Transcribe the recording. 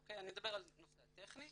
אני מדבר על הנושא הטכני,